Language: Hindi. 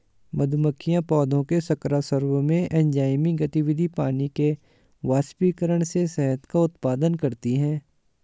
मधुमक्खियां पौधों के शर्करा स्राव से, एंजाइमी गतिविधि, पानी के वाष्पीकरण से शहद का उत्पादन करती हैं